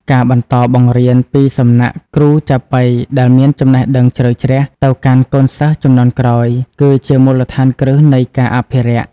ការបន្តបង្រៀនពីសំណាក់គ្រូចាប៉ីដែលមានចំណេះដឹងជ្រៅជ្រះ ទៅកាន់កូនសិស្សជំនាន់ក្រោយ គឺជាមូលដ្ឋានគ្រឹះនៃការអភិរក្ស។